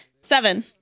Seven